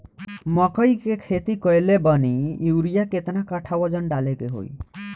मकई के खेती कैले बनी यूरिया केतना कट्ठावजन डाले के होई?